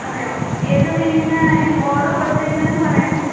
അതെയോ ഏത് മീനാണ് ഓഡറ് കൊടുത്തിരുന്നതെന്ന് പറയാമോ